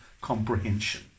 comprehension